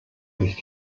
ist